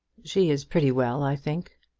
she is pretty well, i think.